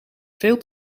veel